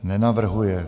Nenavrhuje.